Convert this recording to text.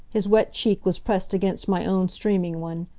his wet cheek was pressed against my own streaming one.